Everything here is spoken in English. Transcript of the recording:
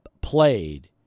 played